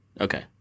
Okay